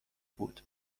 بود